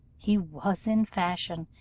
he was in fashion,